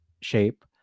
shape